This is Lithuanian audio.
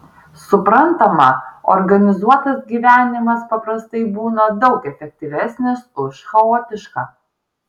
suprantama organizuotas gyvenimas paprastai būna daug efektyvesnis už chaotišką